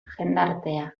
jendartea